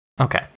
Okay